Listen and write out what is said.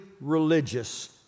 religious